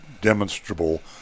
demonstrable